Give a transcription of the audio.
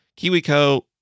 KiwiCo